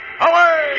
Away